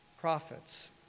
prophets